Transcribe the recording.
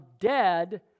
dead